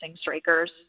strikers